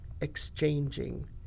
exchanging